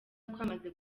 twamaze